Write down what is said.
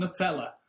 Nutella